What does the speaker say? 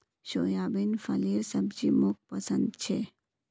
soybean फलीर सब्जी मोक पसंद छे